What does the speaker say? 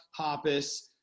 Hoppus